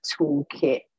toolkit